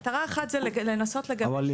מטרה אחת זה לנסות --- אבל,